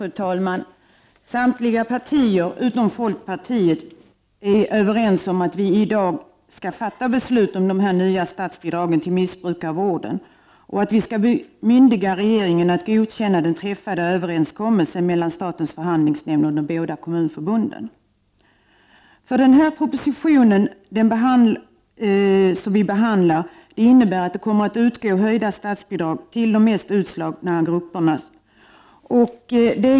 Fru talman! Samtliga partier utom folkpartiet är överens om att vi i dag skall fatta beslut om de nya statsbidragen till missbrukarvården och att vi skall bemyndiga regeringen att godkänna den träffade överenskommelsen mellan statens förhandlingsnämnd och de båda kommunförbunden. Den proposition som har behandlats innebär att det kommer att utgå höjda statsbidrag till de mest utslagna grupperna.